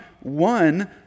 one